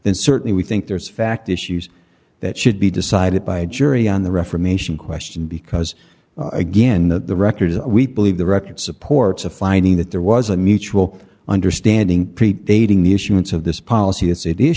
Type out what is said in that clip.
then certainly we think there's fact issues that should be decided by a jury on the reformation question because again the record we believe the record supports a finding that there was a mutual understanding dating the issuance of this policy as it is